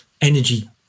energy